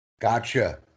Gotcha